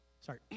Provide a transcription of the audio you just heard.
sorry